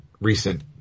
recent